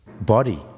body